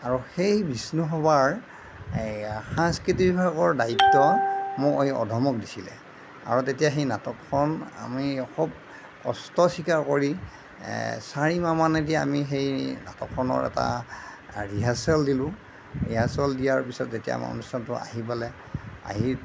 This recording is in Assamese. আৰু সেই বিষ্ণুসভাৰ এই সাংস্কৃতিক বিভাগৰ দায়িত্ব মোক এই অধমক দিছিলে আৰু তেতিয়া সেই নাটকখন আমি খুব কষ্ট স্বীকাৰ কৰি চাৰিমাহ মানেদি আমি সেই নাটকখনৰ এটা ৰিহাৰ্চেল দিলোঁ ৰিহাৰ্চেল দিয়াৰ পিছত যেতিয়া আমাৰ অনুষ্ঠানতো আহি পালে আহি